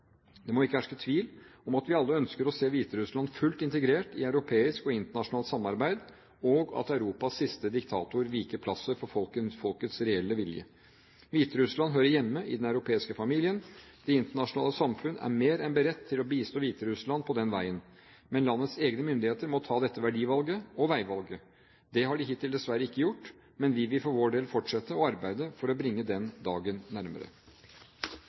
Det må ikke herske tvil om at vi alle ønsker å se Hviterussland fullt integrert i europeisk og internasjonalt samarbeid, og at Europas siste diktator viker plassen for folkets reelle vilje. Hviterussland hører hjemme i den europeiske familien. Det internasjonale samfunn er mer enn beredt til å bistå Hviterussland på den veien. Men landets egne myndigheter må ta dette verdivalget og veivalget. Det har de hittil dessverre ikke gjort, men vi vil for vår del fortsette å arbeide for å bringe den dagen nærmere.